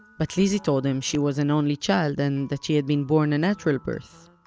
but lizzie told him she was an only child, and that she had been born a natural birth.